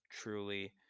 truly